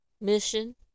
mission